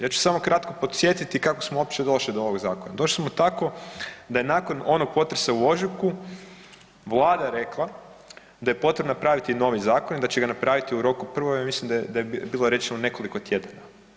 Ja ću samo kratko podsjetiti kako smo uopće došli do ovog zakona, došli smo tako da je nakon onog potresa u ožujku Vlada rekla da je potrebno napraviti novi zakon i da će ga napraviti u roku, prvo ja mislim da je bilo rečeno nekoliko tjedana.